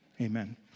Amen